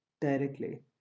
directly